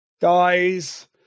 Guys